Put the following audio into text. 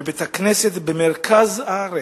מדובר בבית-כנסת במרכז הארץ,